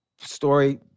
story